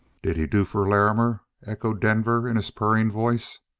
did he do for larrimer? echoed denver in his purring voice.